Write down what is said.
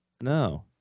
No